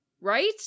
right